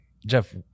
jeff